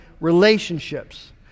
relationships